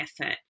effort